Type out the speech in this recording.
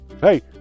Hey